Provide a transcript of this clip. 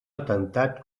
atemptat